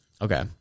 Okay